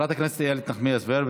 שולי פה.